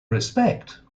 respect